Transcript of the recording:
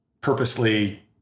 purposely